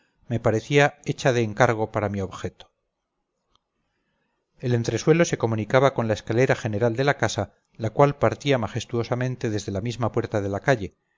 me parecía hecha de encargo para mi objeto el entresuelo se comunicaba con la escalera general de la casa la cual partía majestuosamente desde la misma puerta de la calle